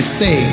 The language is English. say